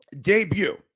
debut